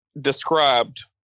described